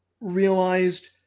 realized